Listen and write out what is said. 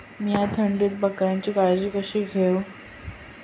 मीया थंडीत बकऱ्यांची काळजी कशी घेव?